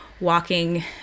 walking